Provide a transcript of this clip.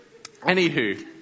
Anywho